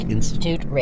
Institute